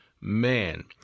man